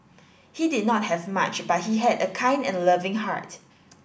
he did not have much but he had a kind and loving heart